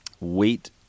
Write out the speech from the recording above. weight